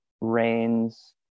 rains